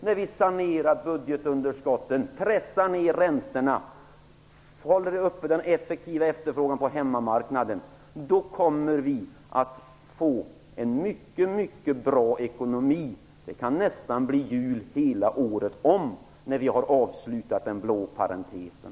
När vi sanerar budgetunderskotten, pressar ner räntorna och håller uppe den effektiva efterfrågan på hemmamarknaden kommer vi att få en mycket mycket bra ekonomi. Det kan nästan bli jul hela året om när vi har avslutat den blå parentesen.